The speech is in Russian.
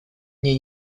мне